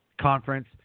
conference